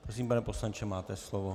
Prosím, pane poslanče, máte slovo.